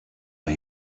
are